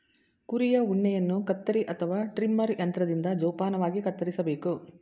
ಕುರಿಯ ಉಣ್ಣೆಯನ್ನು ಕತ್ತರಿ ಅಥವಾ ಟ್ರಿಮರ್ ಯಂತ್ರದಿಂದ ಜೋಪಾನವಾಗಿ ಕತ್ತರಿಸಬೇಕು